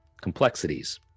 complexities